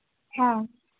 ꯍꯥ